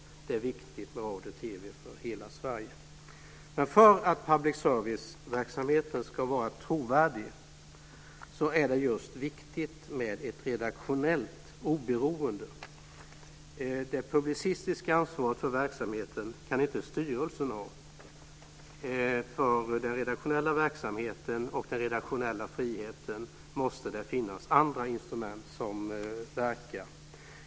Det är viktigt med radio och TV för hela Sverige. För att public service-verksamheten ska vara trovärdig är det just viktigt med ett redaktionellt oberoende. Det publicistiska ansvaret för verksamheten kan inte styrelsen ha. För den redaktionella verksamheten och friheten måste det finnas andra instrument som verkar.